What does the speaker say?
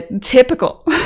typical